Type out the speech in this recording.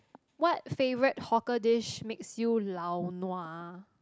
what favourite hawker dish makes you lao-nua